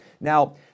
Now